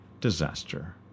disaster